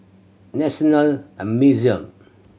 National a Museum